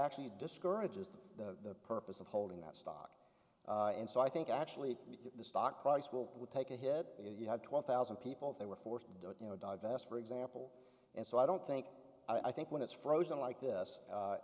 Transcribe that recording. actually discourages the purpose of holding that stock and so i think actually the stock price will would take a hit if you have twelve thousand people they were forced to do it you know divest for example and so i don't think i think when it's frozen like this